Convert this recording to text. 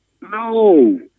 No